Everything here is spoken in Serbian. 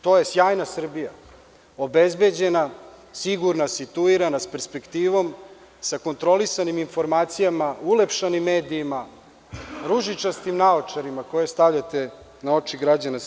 To je sjajna Srbija, obezbeđena, sigurna, situirana, sa perspektivom, sa kontrolisanim informacijama, ulepšanim medijima, ružičastim naočarima koje stavljate na oči građana Srbije.